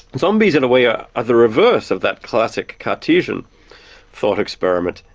zombies in a way are are the reverse of that classic cartesian thought experiment.